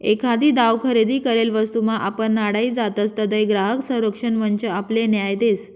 एखादी दाव खरेदी करेल वस्तूमा आपण नाडाई जातसं तधय ग्राहक संरक्षण मंच आपले न्याय देस